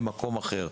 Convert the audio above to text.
למקום אחר.